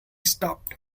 stopped